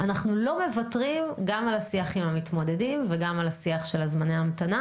אנחנו לא מוותרים גם על השיח עם המתמודדים וגם על השיח של זמני ההמתנה.